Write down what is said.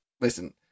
listen